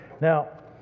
Now